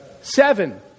Seven